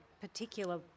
particular